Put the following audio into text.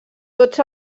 tots